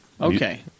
Okay